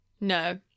no